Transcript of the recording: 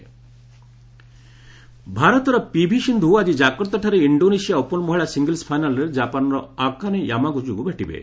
badminton ଭାରତର PV Sindhu ଆଜି ଜାକର୍ତ୍ତାଠାରେ ଇଷ୍ଡୋନେସିଆ ଓପନ୍ ମହିଳା ସିଙ୍ଗଲ୍ସ୍ ଫାଇନାଲ୍ରେ ଜାପାନର ଅକାନେ ୟାମାଗୁଚିଙ୍କୁ ଭେଟିବେ